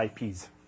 IPs